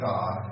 God